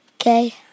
Okay